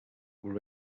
were